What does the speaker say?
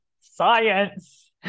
Science